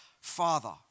Father